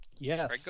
Yes